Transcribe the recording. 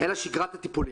אלא שגרת הטיפולים.